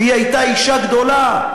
והיא הייתה אישה גדולה.